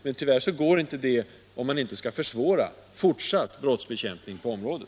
Men tyvärr går inte det utan att man försvårar fortsatt brottsbekämpning på området.